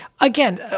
again